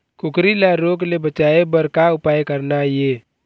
कुकरी ला रोग ले बचाए बर का उपाय करना ये?